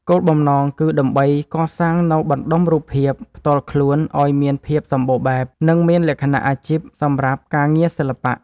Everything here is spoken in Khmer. គោលបំណងគឺដើម្បីកសាងនូវបណ្ដុំរូបភាព ផ្ទាល់ខ្លួនឱ្យមានភាពសម្បូរបែប និងមានលក្ខណៈអាជីពសម្រាប់ការងារសិល្បៈ។